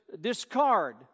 discard